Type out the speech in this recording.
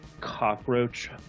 Cockroach